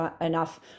enough